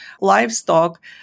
livestock